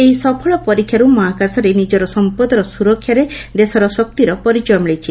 ଏହି ସପଳ ପରୀକ୍ଷାରୁ ମହାକାଶରେ ନିଜର ସମ୍ପଦର ସୁରକ୍ଷାରେ ଦେଶର ଶକ୍ତିର ପରିଚୟ ମିଳିଛି